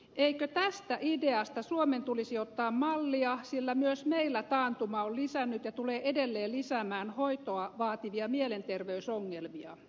eikö tästä ideasta suomen tulisi ottaa mallia sillä myös meillä taantuma on lisännyt ja tulee edelleen lisäämään hoitoa vaativia mielenterveysongelmia